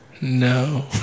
No